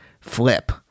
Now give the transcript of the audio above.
flip